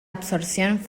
absorción